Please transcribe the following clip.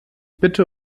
bitte